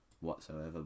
whatsoever